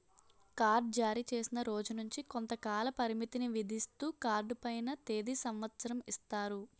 card జారీచేసిన రోజు నుంచి కొంతకాల పరిమితిని విధిస్తూ కార్డు పైన తేది సంవత్సరం ఇస్తారు